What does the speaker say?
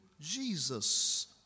Jesus